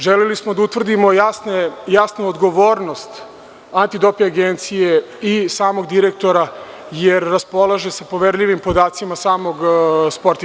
Želeli smo da utvrdimo jasnu odgovornost Antidoping agencije i samog direktora, jer se raspolaže poverljivim podacima samog sportiste.